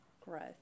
growth